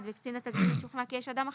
וקצין התגמולים משוכנע כי יש אדם אחר,